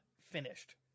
finished